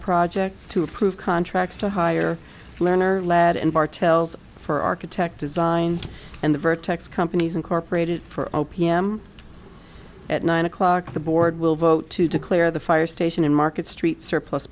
project to approve contracts to hire lerner lead and cartels for architect design and the vertex companies incorporated for o p m at nine o'clock the board will vote to declare the fire station and market street surplus